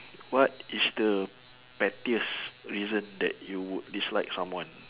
what is the pettiest reason that you dislike someone